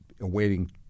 awaiting